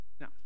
Now